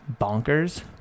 bonkers